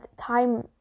time